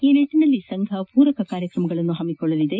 ಈ ನಿಟ್ಟನಲ್ಲಿ ಸಂಘ ಪೂರಕ ಕಾರ್ಯಕ್ರಮಗಳನ್ನು ಹಮ್ಸಿಕೊಳ್ಳಲಿದೆ